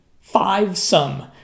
five-sum